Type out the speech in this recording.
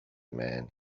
man